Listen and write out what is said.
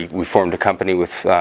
we formed a company with